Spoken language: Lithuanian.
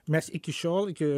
mes iki šiol iki